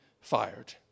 fired